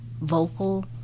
vocal